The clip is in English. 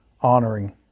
honoring